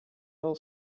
hill